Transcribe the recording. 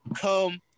Come